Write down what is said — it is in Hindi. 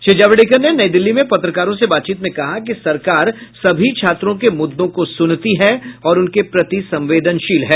श्री जावड़ेकर ने नई दिल्ली में पत्रकारों से बातचीत में कहा कि सरकार सभी छात्रों के मुद्दों को सुनती है और उनके प्रति संवेदनशील है